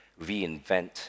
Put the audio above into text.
reinvent